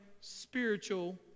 spiritual